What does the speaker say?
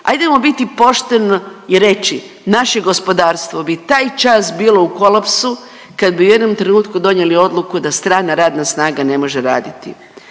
Ajdemo biti pošteni i reći, naše gospodarstvo bi taj čas bilo u kolapsu kad bi u jednom trenutku donijeli odluku da strana radna snaga ne može raditi